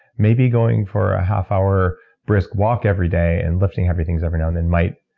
maybe going for ah half hour brisk walk every day and lifting heavy things every now and then might.